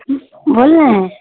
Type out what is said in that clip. बोल ने